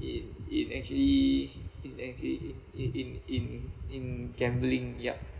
it it actually it actually it in in in gambling yup